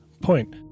Point